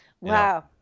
Wow